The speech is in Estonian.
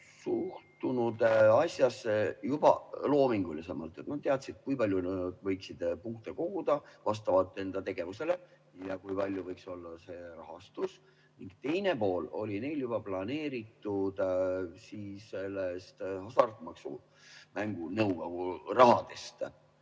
suhtunud asjasse juba loomingulisemalt. Nad teadsid, kui palju nad võiksid punkte koguda vastavalt enda tegevusele ja kui suur võiks olla see rahastus. Teine pool oli neil juba planeeritud Hasartmängumaksu Nõukogu rahadest.